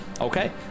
Okay